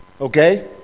Okay